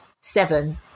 seven